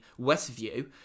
Westview